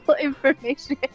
information